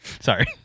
Sorry